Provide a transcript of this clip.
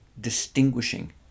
distinguishing